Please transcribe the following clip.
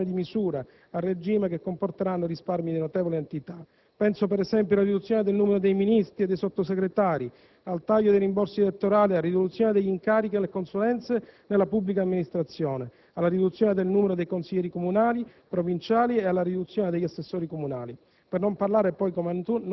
e poi attraverso numerose norme di misura che, a regime, comporteranno risparmi di notevole entità. Penso, per esempio, alla riduzione del numero dei Ministri e dei Sottosegretari, al taglio dei rimborsi elettorali, alla riduzione degli incarichi e delle consulenze nella pubblica amministrazione, alla riduzione del numero dei consiglieri comunali e provinciali e degli assessori comunali;